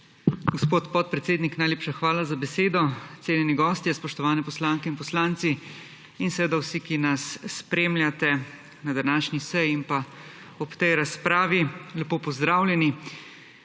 Gospod podpredsednik, najlepša hvala za besedo. Cenjeni gostje, spoštovane poslanke in poslanci in seveda vsi, ki nas spremljate na današnji seji in pa ob tej razpravi, lepo pozdravljeni!